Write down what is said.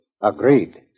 Agreed